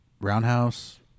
Roundhouse